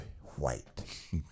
white